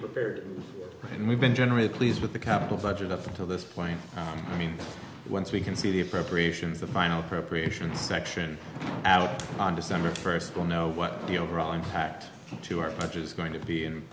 prepared and we've been generally pleased with the capital budget up until this point i mean whence we can see the appropriations the final appropriation section out on december first going know what the overall impact to our budget is going to be